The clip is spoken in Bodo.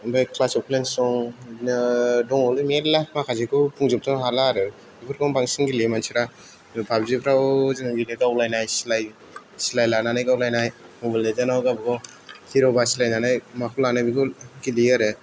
ओमफ्राय क्लास अफ क्लेन्स दं बिदिनो दङलै मेल्ला माखासेखौ बुंजोबनो हाला आरो बेफोरखौनो बांसिन गेलेयो मानसिफ्रा पाबजिफ्राव जों बिदिनो गावलायनाय सिलाय लानानै गावलायनाय मबाइल लेजेन्दआव गावबा गाव हिर' बासिलायनानै माखौ लानो बेखौ गेलेयो आरो